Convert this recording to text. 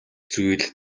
зүйл